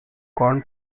corn